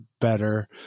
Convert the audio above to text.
better